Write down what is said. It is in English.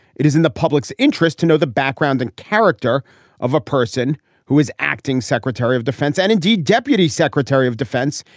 it is in the public's interest to know the background and character of a person who is acting secretary of defense and indeed, deputy secretary of defense.